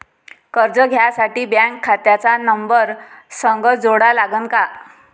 कर्ज घ्यासाठी बँक खात्याचा नंबर संग जोडा लागन का?